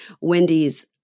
Wendy's